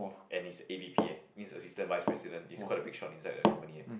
and he's a A V_P eh means assistant vice president he's quite a big shot inside the company eh